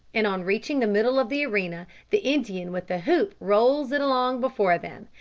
and on reaching the middle of the arena the indian with the hoop rolls it along before them,